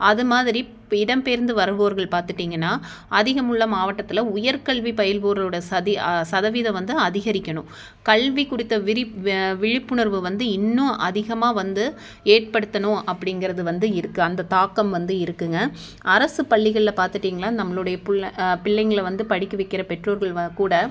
அது மாதிரி இடம் பெயர்ந்து வருவோர்கள் பார்த்திட்டிங்கனா அதிகமுள்ள மாவட்டத்தில் உயர்கல்வி பயில்வோரோடய சதி சதவீதம் வந்து அதிகரிக்கணும் கல்வி கொடுத்த விரிப் விழிப்புணர்வை வந்து இன்னும் அதிகமாக வந்து ஏற்படுத்தணும் அப்டிங்கிறது வந்து இருக்குது அந்த தாக்கம் வந்து இருக்குதுங்க அரசுப் பள்ளிகளில் பாத்திட்டிங்கனா நம்மளுடைய பிள்ள பிள்ளைங்களை வந்து படிக்க வைக்கிற பெற்றோர்கள் வ கூட